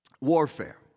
warfare